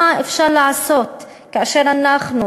מה אפשר לעשות כאשר אנחנו,